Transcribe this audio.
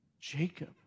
Jacob